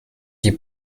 die